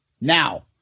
Now